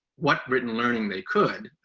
what written learning they could,